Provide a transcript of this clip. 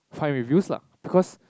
find reviews lah because